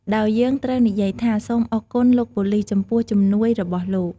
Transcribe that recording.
ដោយយើងត្រូវនិយាយថា "សូមអរគុណ លោកប៉ូលិស ចំពោះជំនួយរបស់លោក"។